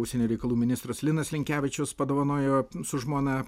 užsienio reikalų ministras linas linkevičius padovanojo su žmona